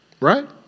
Right